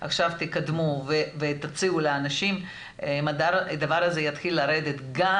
עכשיו תקדמו ותציעו לאנשים הדבר הזה יתחיל לרדת גם